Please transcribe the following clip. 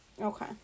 Okay